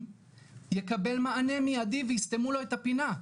יקבל מענה מיידי וייסתמו לו את הפינה,